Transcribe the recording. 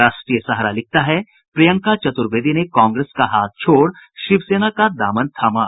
राष्ट्रीय सहारा लिखता है प्रियंका चतुर्वेदी ने कांग्रेस का हाथ छोड़ शिवसेना का दामन थामा